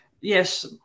Yes